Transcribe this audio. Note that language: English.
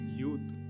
youth